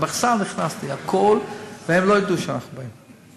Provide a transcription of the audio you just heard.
למחסן נכנסתי, הכול, והם לא ידעו שאנחנו באים.